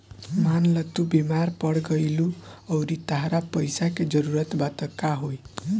मान ल तू बीमार पड़ गइलू अउरी तहरा पइसा के जरूरत बा त का होइ